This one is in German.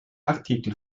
artikel